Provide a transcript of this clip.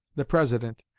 the president,